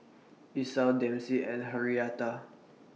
Esau Dempsey and Henrietta